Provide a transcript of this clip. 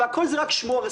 והכול זה רק שמועות,